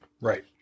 Right